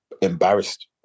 embarrassed